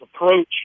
approach